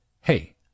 hey